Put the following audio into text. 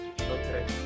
Okay